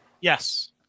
Yes